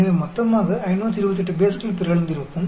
எனவே மொத்தமாக 528 பேஸ்கள் பிறழ்ந்திருக்கும்